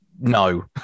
no